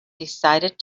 decided